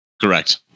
Correct